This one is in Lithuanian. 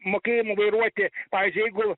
mokėjimu vairuoti pavyzdžiui jeigu